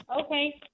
okay